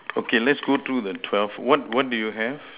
okay let's go through the twelve what what do you have